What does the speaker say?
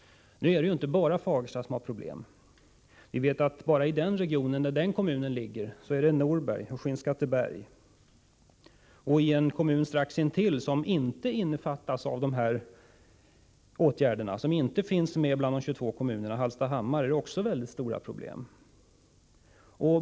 Det är inte bara Fagersta som har problem. I samma region som Fagersta ligger också Norberg och Skinnskatteberg. I en kommun strax intill, som inte innefattas av dessa åtgärder, en kommun som inte finns med bland dessa 22 kommuner, nämligen Hallsta hammar, har man också mycket stora problem.